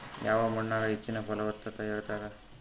ಯಾವ ಮಣ್ಣಾಗ ಹೆಚ್ಚಿನ ಫಲವತ್ತತ ಇರತ್ತಾದ?